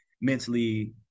mentally